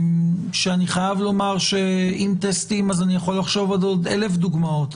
אם טסטים אז אני יכול לחשוב על עוד אלף דוגמאות.